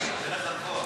אין לכם כוח.